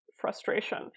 frustration